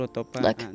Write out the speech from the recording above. Look